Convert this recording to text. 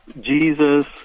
Jesus